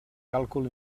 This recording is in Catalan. càlcul